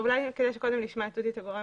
אולי כדאי שנשמע את אודי שהוא הגורם